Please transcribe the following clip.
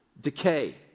decay